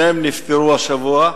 שניהם נפטרו השבוע.